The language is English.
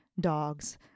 dogs